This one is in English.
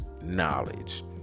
knowledge